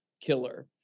killer